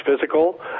physical